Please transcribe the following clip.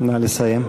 נא לסיים.